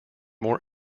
more